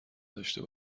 داشته